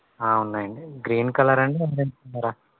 ఉన్నాయండి గ్రీన్ కలరండి కలరా